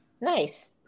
Nice